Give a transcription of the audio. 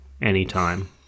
Anytime